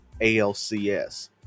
ALCS